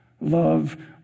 Love